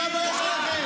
גזען,